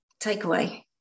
takeaway